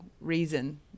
reason